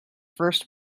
first